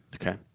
Okay